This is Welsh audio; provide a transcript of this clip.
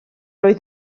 oedd